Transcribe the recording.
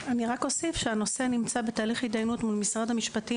הנושא נמצא בתהליך התדיינות מול משרד המשפטים